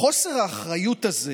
חוסר האחריות הזה